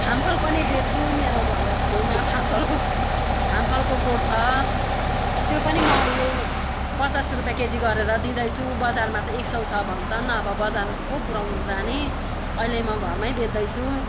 फामफल पनि बेच्छु मेरो घर छेउमा फामफलको फामफलको बोट छ त्यो पनि म अहिले पचास रुपियाँ केजी गरेर दिँदैछु बजारमा त अब एक सौ छ भन्छन् अब बजार को पुऱ्याउनु जाने अहिले म घरमै बेच्दैछु